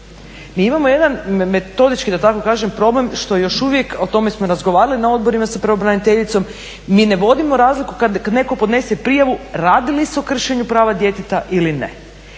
Mi imamo jedan metodički da tako kažem problem što još uvijek, o tome smo i razgovarali na odborima sa pravobraniteljicom, mi ne vodimo razliku kad netko podnese prijavu radi li se o kršenju prava djeteta ili ne.